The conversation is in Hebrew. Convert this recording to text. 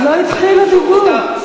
זה דבר שאתה, עוד לא התחיל הדיבור.